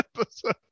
episode